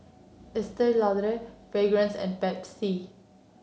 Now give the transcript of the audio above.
Estee Lauder Fragrance and Pepsi